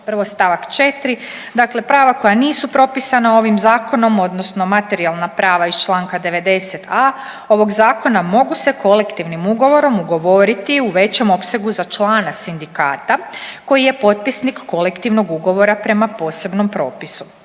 Prvo st. 4., dakle prava koja nisu propisana ovim zakonom odnosno materijalna prava iz čl. 90.a. ovog zakona mogu se kolektivnim ugovorom ugovoriti u većem opsegu za člana sindikata koji je potpisnik kolektivnog ugovora prema posebnom propisu.